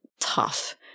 tough